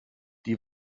die